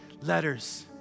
letters